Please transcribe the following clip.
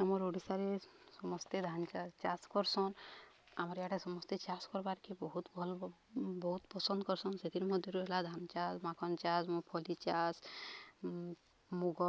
ଆର ଓଡ଼ିଶାରେ ସମସ୍ତେ ଧାନ ଚାଷ କରସନ୍ ଆମର ଇଆଡ଼େ ସମସ୍ତେ ଚାଷ କର୍ବାକେ ବହୁତ ଭଲ ବହୁତ ପସନ୍ଦ କରସନ୍ ସେଥିର୍ ମଧ୍ୟରୁ ହେଲା ଧାନ ଚାଷ ମାଖନ ଚାଷ ମୁଗଫଲି ଚାଷ ମୁଗ